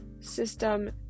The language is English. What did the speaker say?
system